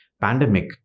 pandemic